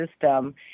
system